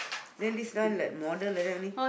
then this one like modern like that only